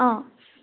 অ'